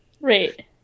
Right